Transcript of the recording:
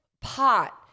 pot